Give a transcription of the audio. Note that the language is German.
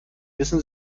wissen